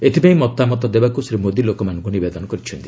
ଏଥିପାଇଁ ମତାମତ ଦେବାକୁ ଶ୍ରୀ ମୋଦି ଲୋକମାନଙ୍କୁ ନିବେଦନ କରିଛନ୍ତି